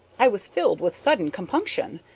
i was filled with sudden compunction.